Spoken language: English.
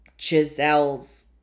Giselle's